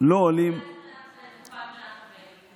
לא עולים --- כמה חוקים --- בתקופה של מנחם בגין?